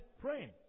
praying